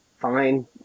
fine